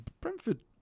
Brentford